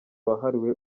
wahariwe